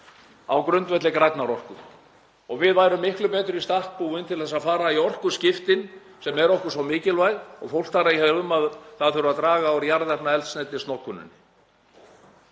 á grundvelli grænnar orku og við værum miklu betur í stakk búin til að fara í orkuskiptin sem eru okkur svo mikilvæg, og fólk talar um að það þurfi að draga úr jarðefnaeldsneytisnotkuninni.